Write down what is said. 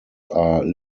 are